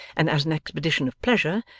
and as an expedition of pleasure,